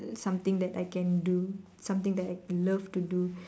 something that I can do something that I'd love to do